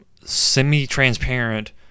semi-transparent